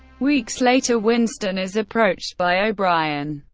weeks later, winston is approached by o'brien.